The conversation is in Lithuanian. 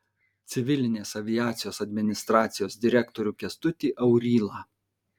civilinės aviacijos administracijos direktorių kęstutį aurylą